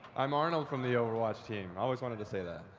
i'm arnold from the overwatch team. i always wanted to say that.